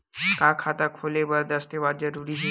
का खाता खोले बर दस्तावेज जरूरी हे?